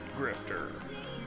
Grifter